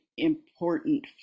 important